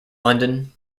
london